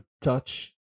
touch